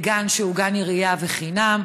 לגן שהוא גן עירייה בחינם.